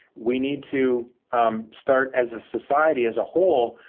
we need to start, as a society as a whole,